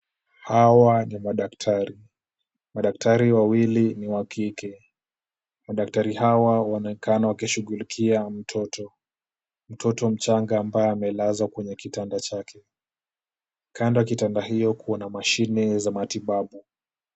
Hawa ni madaktari. Madaktari wawili ni wa kike. Madaktari hawa wanaonekana wakishughulikia mtoto, mtoto mchanga ambaye amelazwa kwenye kitanda chake. Kando ya kitanda hiyo kuna mashine za matibabu.